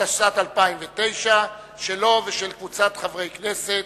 התשס"ט 2009, שלו ושל קבוצת חברי כנסת.